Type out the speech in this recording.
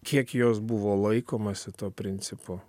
kiek jos buvo laikomasi to principo